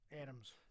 Adams